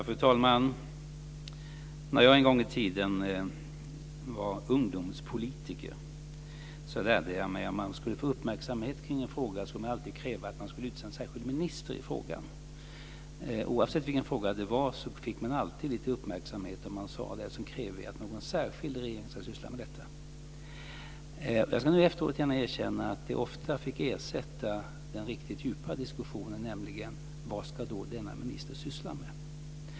Fru talman! När jag en gång var ungdomspolitiker lärde jag mig att om man ska få uppmärksamhet kring en fråga ska man kräva att det ska utses en särskild minister i frågan. Oavsett vilken fråga det var fick man alltid litet uppmärksamhet om man sade: Sedan kräver vi att någon särskild i regeringen ska syssla med detta. Nu efteråt ska jag gärna erkänna att det ofta fick ersätta den riktigt djupa diskussionen, nämligen: Vad ska denna minister syssla med?